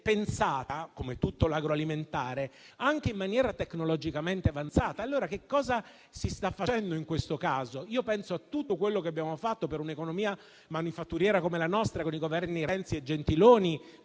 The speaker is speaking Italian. pensata, come tutto l'agroalimentare, in maniera tecnologicamente avanzata. Cosa si sta facendo in questo caso? Penso a tutto quello che abbiamo fatto, per un'economia manifatturiera come la nostra, con i Governi Renzi e Gentiloni,